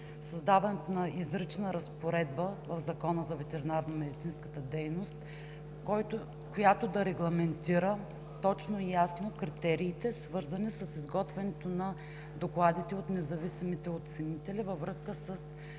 създаването на изрична разпоредба в Закона за ветеринарномедицинската дейност, която да регламентира точно и ясно критериите, свързани с изготвянето на докладите от независимите оценители във връзка с